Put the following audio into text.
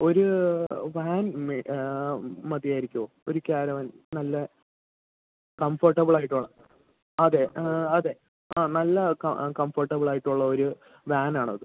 ഒരു വാൻ മതിയാകുമായിരിക്കുമോ ഒരു കാരവാൻ നല്ല കംഫോർട്ടബിളായിട്ടുള്ള അതെ ആ അതെ ആ നല്ല കംഫോർട്ടബിളായിട്ടുള്ള ഒരു വാനാണത്